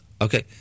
Okay